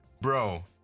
bro